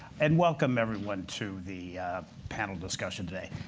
and welcome, everyone, to the panel discussion today.